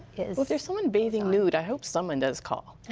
like there's someone bathing nude, i hope someone does call.